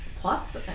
plus